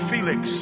Felix